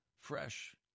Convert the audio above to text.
Fresh